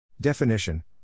Definition